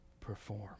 perform